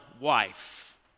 wife